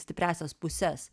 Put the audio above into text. stipriąsias puses